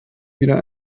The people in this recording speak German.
wieder